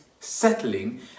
settling